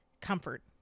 Comfort